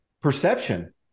perception